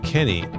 Kenny